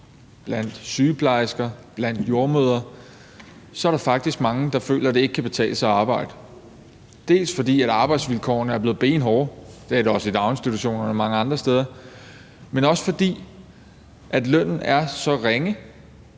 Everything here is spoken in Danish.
blandt sygeplejersker og blandt jordemødre, kan man faktisk se, at der er mange, der føler, at det ikke kan betale sig at arbejde. Det er dels, fordi arbejdsvilkårene er blevet benhårde – det er de også i daginstitutionerne og mange andre steder – dels fordi lønnen er så ringe,